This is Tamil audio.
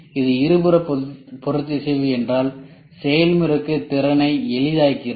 இது இருபுற பொறுத்திசைவு என்றால் செயல்முறைக்கு திறனை எளிதாக்குகிறது